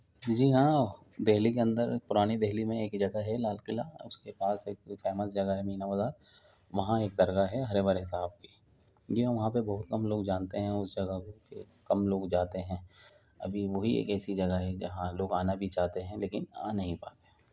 جی ہاں دہلی کے اندر پرانی دہلی میں ہے ایک جگہ ہے لال قلعہ اس کے پاس ایک فیمس جگہ ہے مینا بازار وہاں ایک درگاہ ہے ہرے بھرے صاحب کی جی ہاں وہاں پہ بہت کم لوگ جانتے ہیں اس جگہ پر کم لوگ جاتے ہیں ابھی وہی ایک ایسی جگہ ہے جہاں لوگ آنا بھی چاہتے ہیں لیکن آ نہیں پاتے